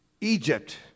Egypt